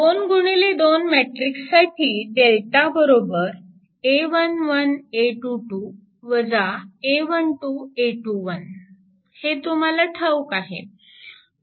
2 गुणिले 2 मॅट्रिक्स साठी हे तुम्हाला ठाऊक आहे